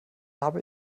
habe